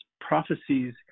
prophecies